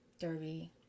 derby